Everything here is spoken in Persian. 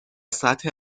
سطح